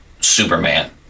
Superman